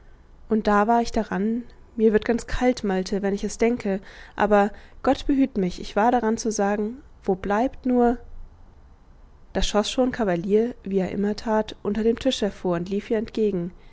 und da war ich daran mir wird ganz kalt malte wenn ich es denke aber gott behüt mich ich war daran zu sagen wo bleibt nur da schoß schon cavalier wie er immer tat unter dem tisch hervor und lief ihr entgegen